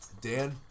Dan